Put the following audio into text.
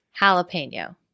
jalapeno